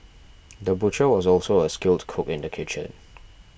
the butcher was also a skilled cook in the kitchen